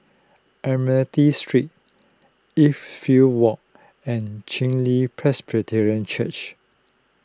Admiralty Street Edgefield Walk and Chen Li Presbyterian Church